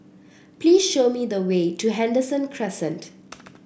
please show me the way to Henderson Crescent